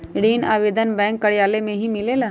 ऋण आवेदन बैंक कार्यालय मे ही मिलेला?